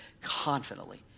confidently